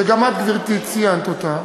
שגם את, גברתי, ציינת אותה,